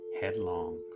headlong